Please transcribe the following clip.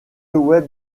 web